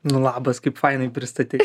nu labas kaip fainai pristatei